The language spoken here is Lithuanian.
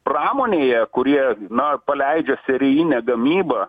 pramonėje kurie na paleidžia serijinę gamybą